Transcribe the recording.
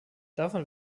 davon